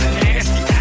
nasty